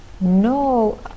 No